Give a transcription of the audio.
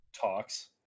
talks